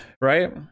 right